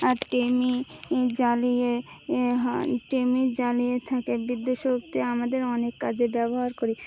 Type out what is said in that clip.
আর টেমি জ্বালিয়ে টেমি জ্বালিয়ে থাকে বিদ্যুৎ শক্তি আমাদের অনেক কাজে ব্যবহার করি